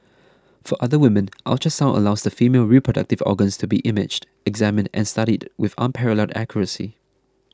for other women ultrasound allows the female reproductive organs to be imaged examined and studied with unparalleled accuracy